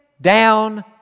down